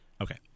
Okay